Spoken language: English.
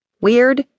weird